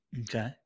Okay